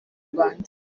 rwanda